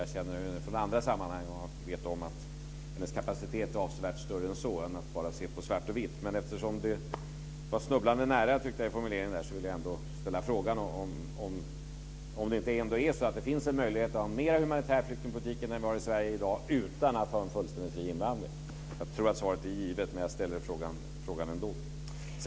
Jag känner henne från andra sammanhang och vet att hennes kapacitet är avsevärt större än att hon bara ser det svart och vitt. Men eftersom det var snubblande nära i formuleringen vill jag ställa frågan om det inte är så att det finns en möjlighet att ha en mer humanitär flyktingpolitik än den vi har i Sverige i dag utan att ha en fullständigt fri invandring. Jag tror att svaret är givet, men jag ställer frågan ändå.